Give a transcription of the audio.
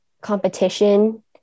competition